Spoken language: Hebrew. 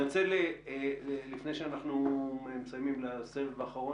לפני שאנחנו מסיימים בסבב האחרון,